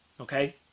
Okay